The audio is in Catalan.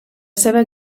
ceba